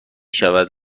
شود